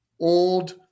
old